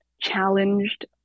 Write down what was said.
challenged